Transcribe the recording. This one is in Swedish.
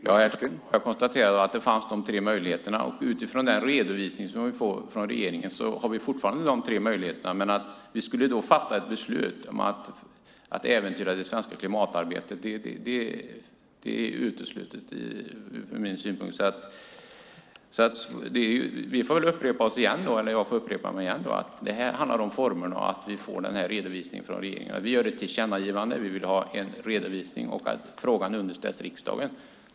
Herr talman! Jag konstaterade att det fanns de tre möjligheterna, och utifrån den redovisning som vi får från regeringen har vi fortfarande de tre möjligheterna. Men att vi då skulle fatta ett beslut om att äventyra det svenska klimatarbetet är från min synvinkel uteslutet. Jag får väl upprepa mig: Det här handlar om formerna och att vi får den här redovisningen från regeringen. Vi gör ett tillkännagivande om att vi vill ha en redovisning och att frågan underställs riksdagen.